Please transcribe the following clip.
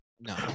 no